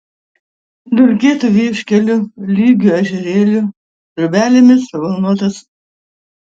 dulkėtu vieškeliu lygiu ežerėliu drobelėmis pabalnotas